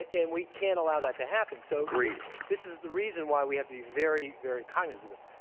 and we can't allow that to happen. so agreed. this is the reason why we have to be very, very kind of conscious of this.